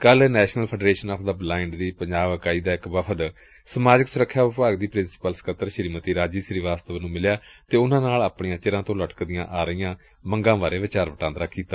ਕੱਲ੍ national federation of the blind ਦੀ ਪੰਜਾਬ ਇਕਾਈ ਦਾ ਇਕ ਵਫ਼ਦ ਸਮਾਜਿਕ ਸੁਰੱਖਿਆ ਵਿਭਾਗ ਦੀ ਪ੍ਰਿੰਸੀਪਲ ਸਕੱਤਰ ਸ੍ਰੀਮਤੀ ਰਾਜੀ ਸ੍ਰੀਵਾਸਤਵ ਨੂੰ ਮਿਲਿਆ ਅਤੇ ਉਨੂਾਂ ਨਾਲ ਆਪਣੀਆਂ ਚਿਰਾਂ ਤੋਂ ਲਟਕਦੀਆਂ ਆ ਰਹੀਆਂ ਮੰਗਾਂ ਬਾਰੇ ਵਿਚਾਰ ਵਟਾਂਦਰਾ ਕੀਤਾ